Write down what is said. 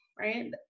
right